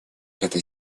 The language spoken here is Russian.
это